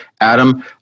Adam